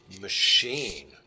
machine